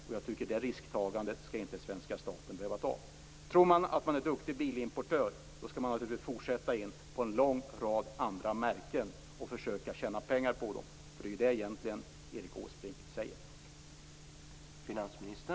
Det risktagandet skall inte svenska staten behöva ta. Tror man att man är duktig bilimportör, skall man naturligtvis fortsätta in på en lång rad andra märken och försöka tjäna pengar på dem, för det är ju egentligen det som Erik Åsbrink säger.